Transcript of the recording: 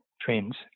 trends